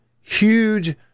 huge